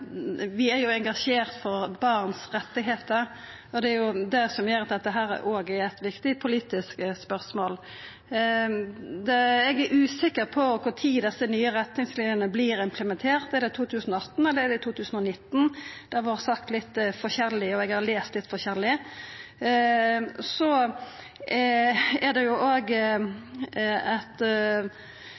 dette òg er eit viktig politisk spørsmål. Eg er usikker på kva tid desse nye retningslinjene vert implementerte. Er det i 2018? Eller er det i 2019? Det har vore sagt litt forskjellig, og eg har lese litt forskjellig. Og det handlar ikkje berre om retningslinjene, det